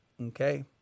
okay